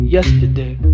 Yesterday